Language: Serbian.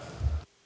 Hvala